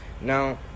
Now